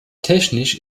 technisch